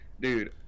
dude